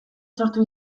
sortu